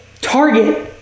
target